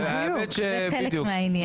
זה חלק מהעניין.